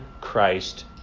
Christ